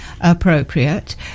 appropriate